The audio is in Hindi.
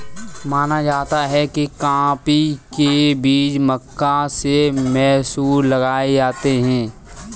माना जाता है कि कॉफी के बीज मक्का से मैसूर लाए गए थे